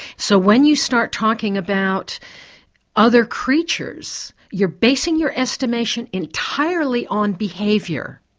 so when you start talking about other creatures, you're basing your estimation entirely on behaviour.